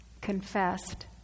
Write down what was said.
confessed